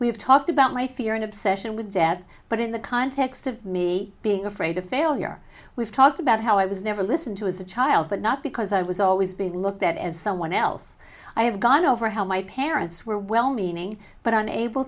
we've talked about my fear and obsession with death but in the context of me being afraid of failure we've talked about how i was never listened to as a child but not because i was always being looked at as someone else i have gone over how my parents were well meaning but unable